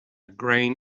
grain